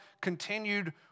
continued